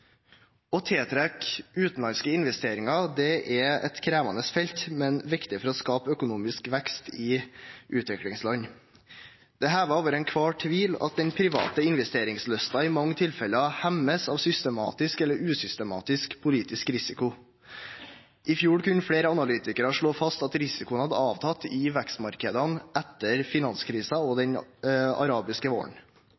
Å tiltrekke utenlandske investeringer er et krevende felt, men viktig for å skape økonomisk vekst i utviklingsland. Det er hevet over enhver tvil at den private investeringslysten i mange tilfeller hemmes av systematisk eller usystematisk politisk risiko. I fjor kunne flere analytikere slå fast at risikoen hadde avtatt i vekstmarkedene etter finanskrisen og